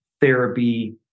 therapy